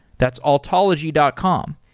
that's altology dot com.